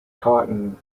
cotton